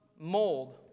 mold